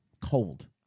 cold